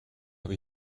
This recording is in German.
habe